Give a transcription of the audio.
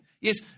Yes